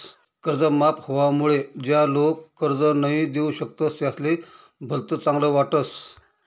कर्ज माफ व्हवामुळे ज्या लोक कर्ज नई दिऊ शकतस त्यासले भलत चांगल वाटस